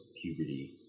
puberty